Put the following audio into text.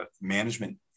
management